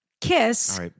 Kiss